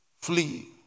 Flee